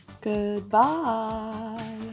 Goodbye